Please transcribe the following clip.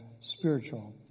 spiritual